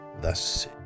Thus